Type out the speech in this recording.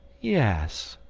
yes,